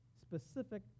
specific